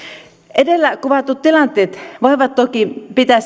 edellä kuvatut tilanteet voivat toki pitää